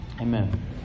Amen